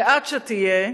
ועד שתהיה,